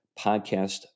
podcast